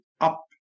up